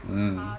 mm